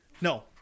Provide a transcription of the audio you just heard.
No